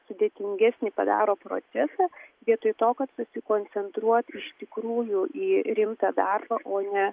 sudėtingesnį padaro procesą vietoj to kad susikoncentruot iš tikrųjų į rimtą darbą o ne